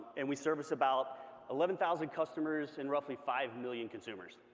and we service about eleven thousand customers and roughly five million consumers.